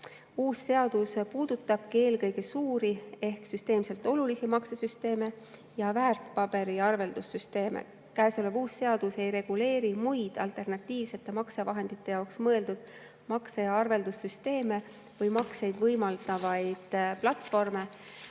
Uus seadus puudutabki eelkõige suuri ehk süsteemselt olulisi maksesüsteeme ja väärtpaberiarveldussüsteeme. Käesolev uus seadus ei reguleeri muid, alternatiivsete maksevahendite jaoks mõeldud makse‑ ja arveldussüsteeme või makseid võimaldavaid platvorme.